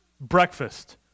Breakfast